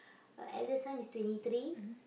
her elder son is twenty three